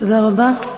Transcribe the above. תודה רבה.